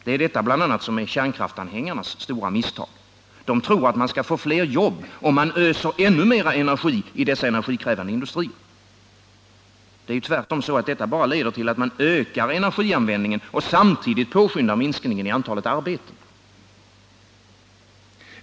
Det är bl.a. detta som är kärnkraftsanhängarnas stora misstag. De tror att man skall få flera jobb om man öser ännu mer energi i dessa energikrävande industrier. Det är ju tvärtom så att detta bara leder till att man ökar energianvändningen och samtidigt påskyndar minskningen i antalet arbeten.